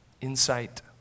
insight